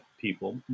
people